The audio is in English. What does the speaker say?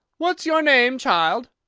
what's your name, child?